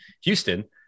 Houston